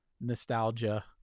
nostalgia